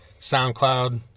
SoundCloud